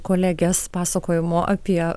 kolegės pasakojimo apie